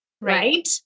right